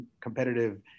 competitive –